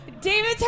David